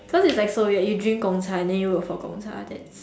cause it is like so weird you drink Gong-Cha then you work for Gong-Cha then